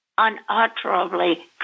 unutterably